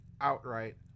outright